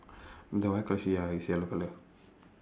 the white colour shoe ya is yellow color